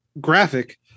graphic